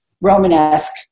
Romanesque